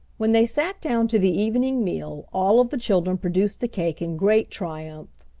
when they sat down to the evening meal all of the children produced the cake in great triumph.